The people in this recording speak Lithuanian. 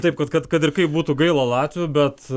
taip kad kad kad ir kaip būtų gaila latvių bet